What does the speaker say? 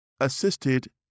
assisted